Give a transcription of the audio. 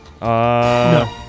No